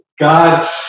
God